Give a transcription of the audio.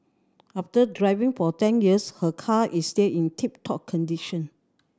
after driving for ten years her car is still in tip top condition